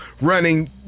running